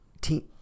team